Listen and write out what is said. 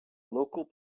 local